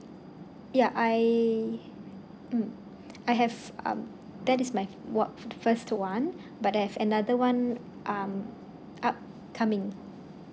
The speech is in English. ya I mm I have um that is my what first one but I have another one um up coming